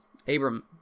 Abram